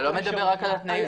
אני לא מדבר רק על התנאים.